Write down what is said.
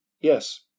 Yes